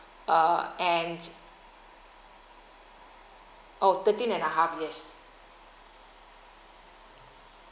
uh and oh thirteen and a half years